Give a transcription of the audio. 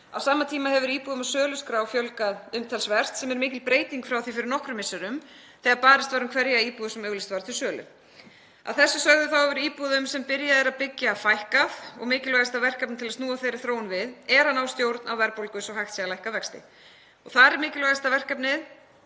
Á sama tíma hefur íbúðum á söluskrá fjölgað umtalsvert, sem er mikil breyting frá því fyrir nokkrum misserum þegar barist var um hverja íbúð sem auglýst var til sölu. Að þessu sögðu þá hefur íbúðum sem byrjað er að byggja fækkað og mikilvægasta verkefnið til að snúa þeirri þróun við er að ná stjórn á verðbólgu svo að hægt sé að lækka vexti. Það er líka mikilvægasta verkefnið